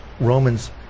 Romans